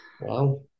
Wow